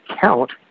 count